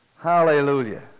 Hallelujah